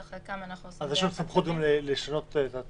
שחלקם --- יש לנו סמכות גם לשנות צווים?